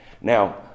Now